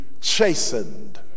chastened